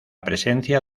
presencia